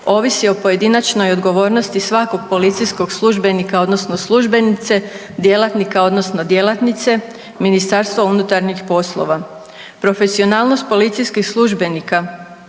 ovisi o pojedinačnoj odgovornosti svakog policijskog službenika odnosno službenice, djelatnika odnosno djelatnice MUP-a. Profesionalnost policijskih službenika,